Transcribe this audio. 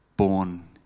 born